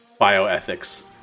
bioethics